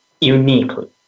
uniquely